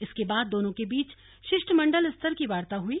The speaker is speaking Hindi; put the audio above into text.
इसके बाद दोनों के बीच शिष्टमंडल स्तर की वार्ता हुई